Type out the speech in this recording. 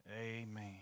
Amen